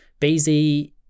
BZ